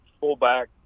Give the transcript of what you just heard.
fullback